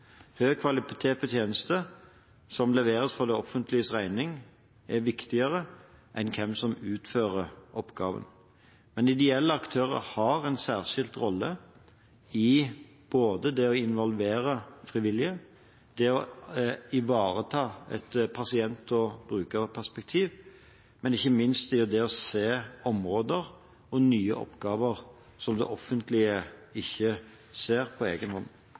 kvalitet på tjenester som leveres for det offentliges regning, er viktigere enn hvem som utfører oppgaven. Men ideelle aktører har en særskilt rolle i både det å involvere frivillige, det å ivareta et pasient- og brukerperspektiv og ikke minst i det å se områder og nye oppgaver som det offentlige ikke ser på